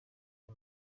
aya